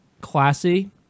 classy